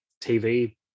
TV